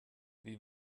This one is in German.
wie